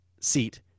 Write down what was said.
seat